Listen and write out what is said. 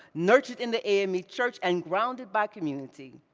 nurtured in the ame church and grounded by community,